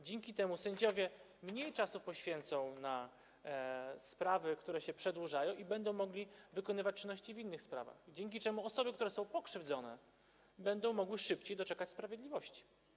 Dzięki temu sędziowie mniej czasu poświęcą na sprawy, które się przedłużają, i będą mogli wykonywać czynności w innych sprawach, dzięki czemu osoby, które są pokrzywdzone, będą mogły szybciej doczekać sprawiedliwości.